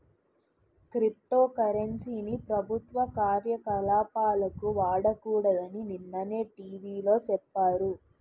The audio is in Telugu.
క్రిప్టో కరెన్సీ ని ప్రభుత్వ కార్యకలాపాలకు వాడకూడదని నిన్ననే టీ.వి లో సెప్పారు